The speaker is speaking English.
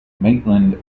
maitland